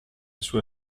sue